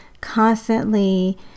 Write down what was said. constantly